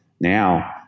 Now